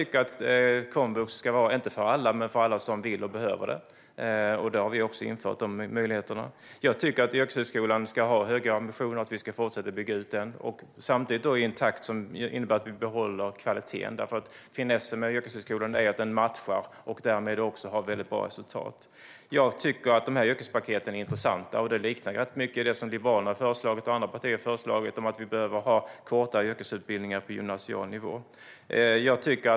Komvux ska inte vara för alla men för alla som vill och behöver det. Vi har också infört de möjligheterna. Yrkeshögskolan ska ha höga ambitioner, och vi ska fortsätta att bygga ut den. Samtidigt ska det ske i en takt om innebär att vi behåller kvaliteten. Finessen med yrkeshögskolan är att den matchar och därmed har väldigt bra resultat. Yrkespaketen är intressanta. De liknar rätt mycket det som Liberalerna och andra partier har föreslagit om att vi ska ha kortare yrkesutbildningar på gymnasial nivå.